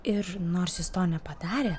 ir nors jis to nepadarė